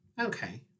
Okay